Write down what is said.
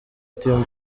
team